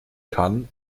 kann